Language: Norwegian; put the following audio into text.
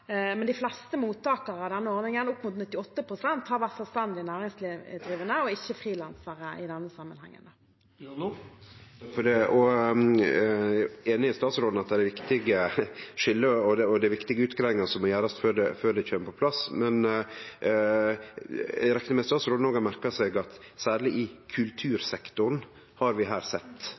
men de fleste mottakere av ordningen – opp mot 98 pst. – har vært selvstendig næringsdrivende og ikke frilansere i denne sammenhengen. Eg er einig med statsråden i at det er viktige skilje og viktige utgreiingar som må gjerast før det kjem på plass, men eg reknar med at statsråden òg har merka seg at vi særleg i kultursektoren har sett